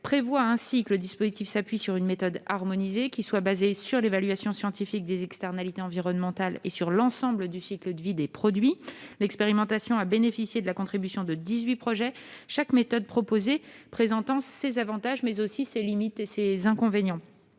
prévoit ainsi que le dispositif s'appuie sur une méthode harmonisée, fondée sur l'évaluation scientifique des externalités environnementales et sur l'ensemble du cycle de vie des produits. L'expérimentation a bénéficié de la contribution de 18 projets. Chaque méthode proposée présente ses avantages, mais aussi ses limites et ses inconvénients,